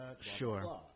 Sure